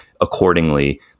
accordingly